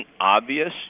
obvious